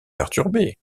perturbée